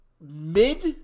mid